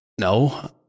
No